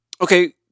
Okay